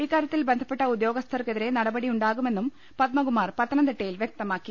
ഇക്കാര്യത്തിൽ ബന്ധപ്പെട്ട ഉദ്യോഗ സ്ഥർക്കെതിരെ നടപടി ഉണ്ടാകുമെന്നും പത്മകുമാർ പത്തനംതിട്ട യിൽ വ്യക്തമാക്കി